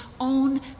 own